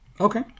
okay